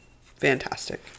fantastic